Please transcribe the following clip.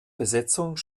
besetzung